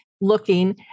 looking